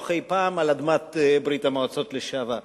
אי-פעם על אדמת ברית-המועצות לשעבר.